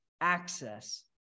access